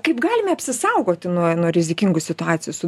kaip galime apsisaugoti nuo nuo rizikingų situacijų su